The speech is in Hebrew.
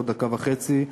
עוד דקה וחצי,